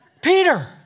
Peter